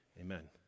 amen